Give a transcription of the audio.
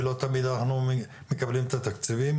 ולא תמיד אנחנו מקבלים את התקציבים.